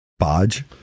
bodge